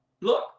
look